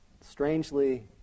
strangely